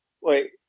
Wait